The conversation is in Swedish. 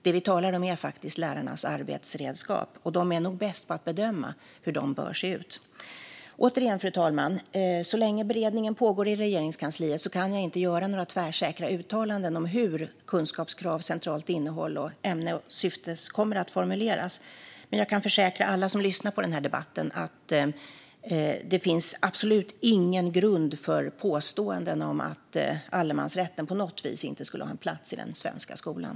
Det vi talar om är faktiskt lärarnas arbetsredskap, och lärarna är nog bäst på att bedöma hur dessa redskap bör se ut. Återigen, fru talman: Så länge beredningen pågår i Regeringskansliet kan jag inte göra några tvärsäkra uttalanden om hur kunskapskrav, centralt innehåll, ämne och syfte kommer att formuleras. Men jag kan försäkra alla som lyssnar på den här debatten att det absolut inte finns någon grund för påståenden om att allemansrätten på något vis inte skulle ha en plats i den svenska skolan.